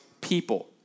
people